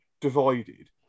divided